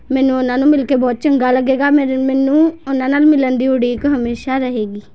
ਮੈਨੂੰ ਓਹਨਾਂ ਨੂੰ ਮਿਲ ਕੇ ਬਹੁਤ ਚੰਗਾ ਲੱਗੇਗਾ ਮੇਰੇ ਮੈਨੂੰ ਓਹਨਾਂ ਨਾਲ ਮਿਲਣ ਦੀ ਉਡੀਕ ਹਮੇਸ਼ਾਂ ਰਹੇਗੀ